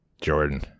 Jordan